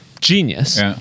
Genius